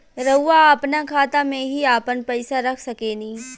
रउआ आपना खाता में ही आपन पईसा रख सकेनी